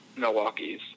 Milwaukee's